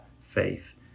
faith